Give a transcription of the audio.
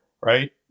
right